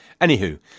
Anywho